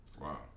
Wow